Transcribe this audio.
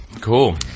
cool